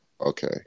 Okay